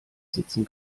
sitzen